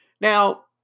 Now